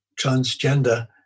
transgender